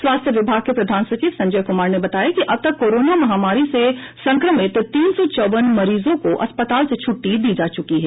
स्वास्थ्य विभाग के प्रधान सचिव संजय कुमार ने बताया कि अब तक कोरोना महामारी से संक्रमित तीन सौ चौवन मरीजों को अस्पतालों से छूट्टी दी जा चुकी है